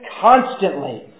constantly